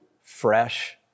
fresh